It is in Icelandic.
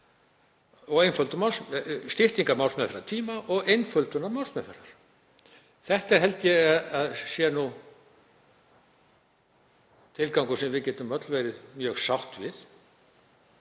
til styttingar málsmeðferðartíma og einföldunar málsmeðferðar. Þetta held ég að sé tilgangur sem við getum öll verið mjög sátt við.